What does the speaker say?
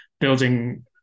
Building